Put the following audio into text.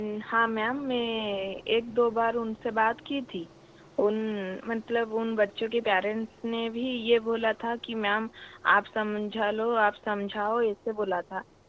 हाँ मेम मैं एक दो बार उन से बात की थी उन मतलब उन बच्चों के पैरंट्स ने भी ये बोला था कि मेम आप समझा लो आप समझाओ ऐसे बोला था